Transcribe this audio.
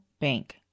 bank